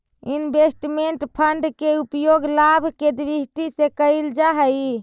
investment fund के उपयोग लाभ के दृष्टि से कईल जा हई